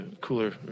cooler